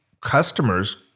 customers